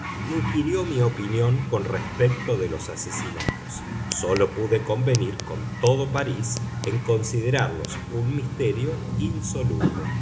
bon inquirió mi opinión con respecto de los asesinatos sólo pude convenir con todo parís en considerarlos un misterio insoluble